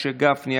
משה גפני,